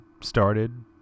started